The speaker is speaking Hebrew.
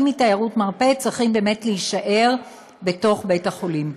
מתיירות מרפא צריכים להישאר באמת בתוך בית-החולים.